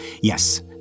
Yes